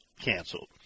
canceled